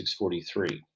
643